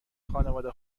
خانواده